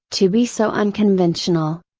to be so unconventional.